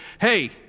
hey